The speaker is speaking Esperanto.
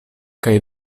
kaj